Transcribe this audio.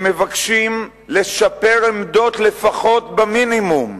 הם מבקשים לשפר עמדות לפחות במינימום.